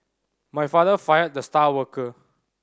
my father fired the star worker